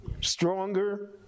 stronger